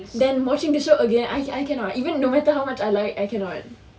than watching the show again I cannot even no matter how much I like cannot